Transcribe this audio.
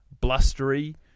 blustery